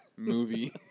movie